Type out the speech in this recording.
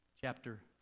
chapter